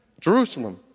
Jerusalem